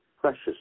precious